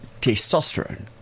testosterone